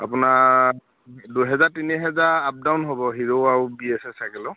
আপোনাৰ দুহেজাৰ তিনিহেজাৰ আপ ডাউন হ'ব হিৰো আৰু বি এছ এ চাইকেলৰ